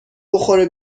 بخوره